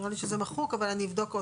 נראה לי שזה מחוק, אבל אני אבדוק עוד פעם.